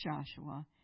Joshua